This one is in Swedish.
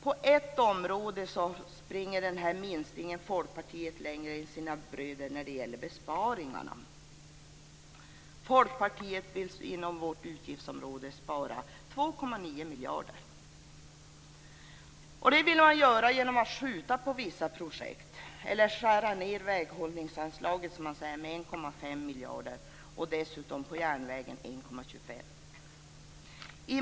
På ett område går minstingen, Folkpartiet, längre än sina bröder. Det gäller besparingarna. Folkpartiet vill inom vårt utgiftsområde spara 2,9 miljarder, och detta vill man göra genom att skjuta på vissa projekt eller skära ned på väghållningsanslaget med 1,5 miljarder kronor. Dessutom vill man spara 1,25 miljarder kronor på järnvägsanslaget.